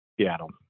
seattle